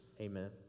Amen